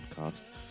Podcast